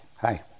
Hi